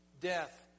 death